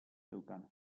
zeukan